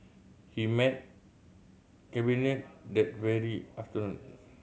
he met Cabinet that very afternoon